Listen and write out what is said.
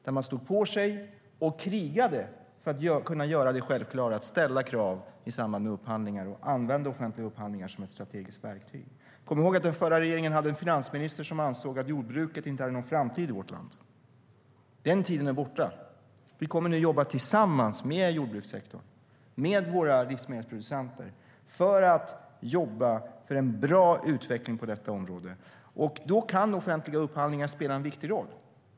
De stod på sig och krigade för att kunna göra det självklara att ställa krav i samband med upphandlingar och använde offentliga upphandlingar som ett strategiskt verktyg. Kom ihåg att den förra regeringen hade en finansminister som ansåg att jordbruket inte hade någon framtid i vårt land. Den tiden är borta. Vi kommer nu att jobba tillsammans med jordbrukssektorn och våra livsmedelsproducenter för en bra utveckling på detta område. Då kan offentliga upphandlingar spela en viktig roll.